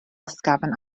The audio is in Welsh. ysgafn